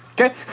Okay